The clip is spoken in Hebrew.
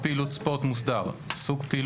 << הצח >> 2. הצעת חוק הספורט (תיקון,